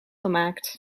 gemaakt